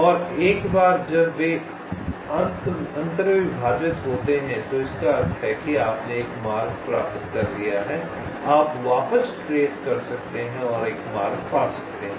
और एक बार जब वे अन्तर्विभाजित होते हैं तो इसका अर्थ है कि आपने एक मार्ग प्राप्त कर लिया है आप वापस ट्रेस कर सकते हैं और एक मार्ग पा सकते हैं